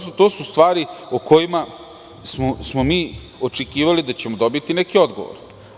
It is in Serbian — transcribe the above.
To su stvari o kojima smo očekivali da ćemo dobiti neki odgovor.